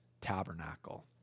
tabernacle